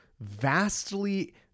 vastly